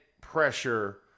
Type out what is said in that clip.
pressure